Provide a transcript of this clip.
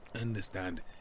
understand